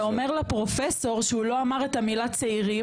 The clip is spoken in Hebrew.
אתה אומר לפרופסור שהוא לא אמר את המילה צעירים,